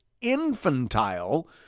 infantile